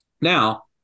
Now